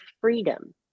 freedom